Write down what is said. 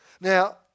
Now